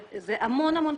זה המון כסף.